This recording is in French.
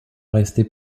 rester